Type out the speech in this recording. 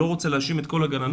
אני לא רוצה להאשים את כל הגננות,